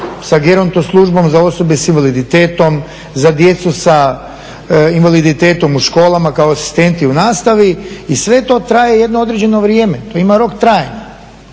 sa geronto službom za osobe s invaliditetom, za djecu sa invaliditetom u školama kao asistenti u nastavi i sve to traje jedno određeno vrijeme, to ima rok trajanja.